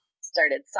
started